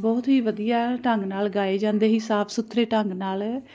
ਬਹੁਤ ਹੀ ਵਧੀਆ ਢੰਗ ਨਾਲ ਗਾਏ ਜਾਂਦੇ ਸੀ ਸਾਫ ਸੁਥਰੇ ਢੰਗ ਨਾਲ